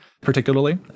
particularly